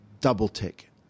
double-tick